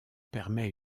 permet